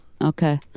Okay